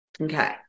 Okay